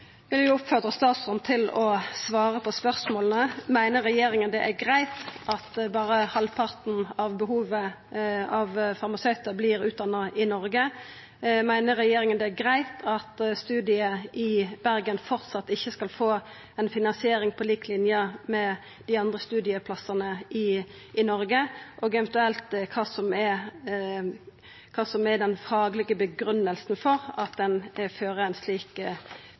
vil oppfordra statsråden til å svara på spørsmåla: Meiner regjeringa det er greitt at berre halvparten av farmasøytane det er behov for, vert utdanna i Noreg? Meiner regjeringa det er greitt at studiet i Bergen enno ikkje skal få ei finansiering på lik linje med dei andre studieplassane i Noreg? Kva er eventuelt den faglege grunngivinga for at ein fører ein slik